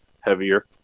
heavier